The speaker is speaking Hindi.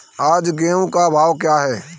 आज गेहूँ का भाव क्या है?